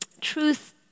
Truth